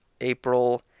April